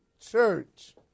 church